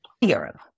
Europe